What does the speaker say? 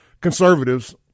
conservatives